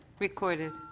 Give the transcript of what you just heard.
recorded